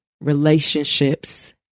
relationships